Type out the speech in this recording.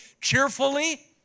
cheerfully